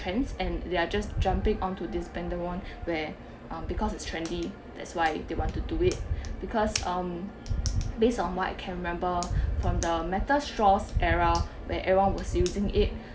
trends and they are just jumping onto this bandwagon where um because it's trendy that's why they want to do it because um based on what I can remember from the metal straws era where everyone was using it